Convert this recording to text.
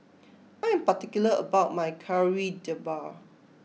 I am particular about my Kari Debal